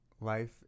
Life